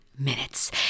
Minutes